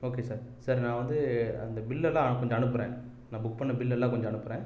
okay sir sir நான் வந்து அந்த பில்லலாம் கொஞ்சம் அனுப்புறேன் நான் புக் பண்ணிண பில்லலாம் கொஞ்சம் அனுப்புறேன்